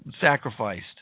sacrificed